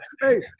Hey